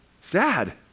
sad